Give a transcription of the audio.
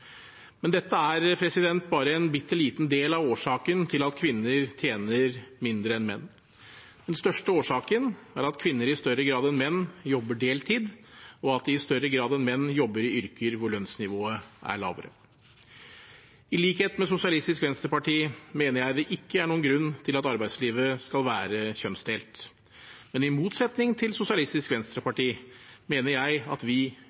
Men dette er bare en bitte liten del av årsaken til at kvinner tjener mindre enn menn. Den største årsaken er at kvinner i større grad enn menn jobber deltid, og at de i større grad enn menn jobber i yrker hvor lønnsnivået er lavere. I likhet med Sosialistisk Venstreparti mener jeg at det ikke er noen grunn til at arbeidslivet skal være kjønnsdelt. Men i motsetning til Sosialistisk Venstreparti mener jeg at vi